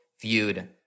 viewed